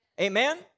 Amen